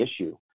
issue